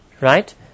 Right